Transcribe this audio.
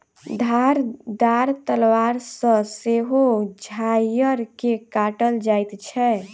धारदार तलवार सॅ सेहो झाइड़ के काटल जाइत छै